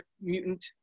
Mutant